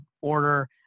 order